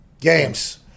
games